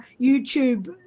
YouTube